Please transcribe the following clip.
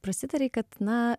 prasitarei kad na